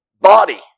body